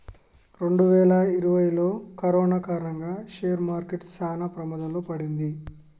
రెండువేల ఇరవైలో కరోనా కారణంగా షేర్ మార్కెట్ చానా ప్రమాదంలో పడింది